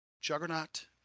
Juggernaut